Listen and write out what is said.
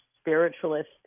spiritualist